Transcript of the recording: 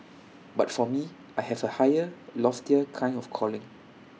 but for me I have A higher loftier kind of calling